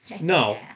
No